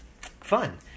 fun